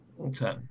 Okay